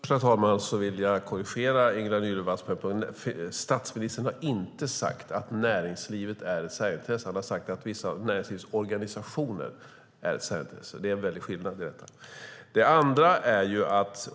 Herr talman! Först vill jag korrigera Ingela Nylund Watz. Statsministern har inte sagt att näringslivet är ett särintresse. Han har sagt att vissa av näringslivets organisationer är ett särintresse. Det är stor skillnad.